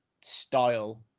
style